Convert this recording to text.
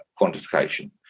quantification